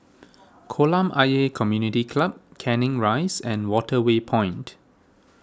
Kolam Ayer Community Club Canning Rise and Waterway Point